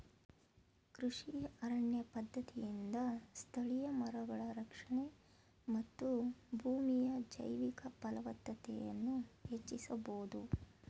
ಕೃಷಿ ಅರಣ್ಯ ಪದ್ಧತಿಯಿಂದ ಸ್ಥಳೀಯ ಮರಗಳ ರಕ್ಷಣೆ ಮತ್ತು ಭೂಮಿಯ ಜೈವಿಕ ಫಲವತ್ತತೆಯನ್ನು ಹೆಚ್ಚಿಸಬೋದು